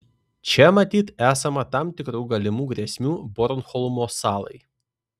čia matyt esama tam tikrų galimų grėsmių bornholmo salai